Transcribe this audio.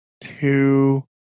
two